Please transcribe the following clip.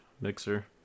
Mixer